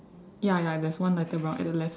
ya ya and there's one lighter brown at the left side